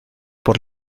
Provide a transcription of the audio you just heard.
por